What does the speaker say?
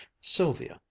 sylvia!